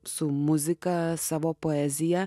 su muzika savo poeziją